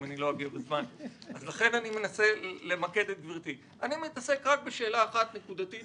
אני מתעסק רק בשאלה אחת נקודתית,